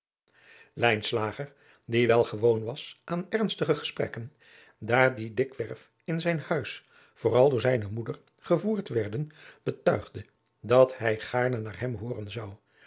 die wel gewoon was aan ernstige gesprekken daar die dikwers in zijn huis vooral door zijne moeder gevoerd werden betuigde dat hij gaarne naar hem hooren zou